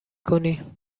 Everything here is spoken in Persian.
کنی